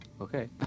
Okay